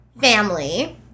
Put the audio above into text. family